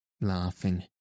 laughing